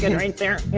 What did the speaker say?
and right there.